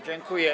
Dziękuję.